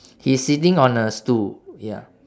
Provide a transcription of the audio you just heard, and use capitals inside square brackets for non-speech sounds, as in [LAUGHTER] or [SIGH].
[BREATH] he's sitting on a stool ya